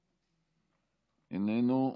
איננו.